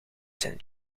zijn